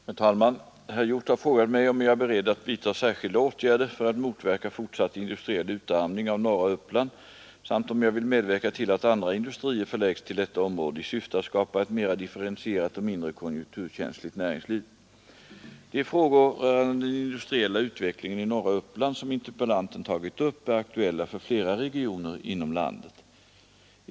Herr talman! Herr Hjorth har frågat mig om jag är beredd att vidta särskilda åtgärder för att motverka fortsatt industriell utarmning av norra Uppland samt om jag vill medverka till att andra industrier förläggs till detta område i syfte att skapa ett mera differentierat och mindre konjunkturkänsligt näringsliv. interpellanten tagit upp är aktuella för flera regioner inom landet.